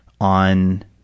on